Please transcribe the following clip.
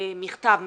מכתב מסודר.